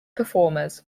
performers